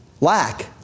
lack